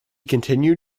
continued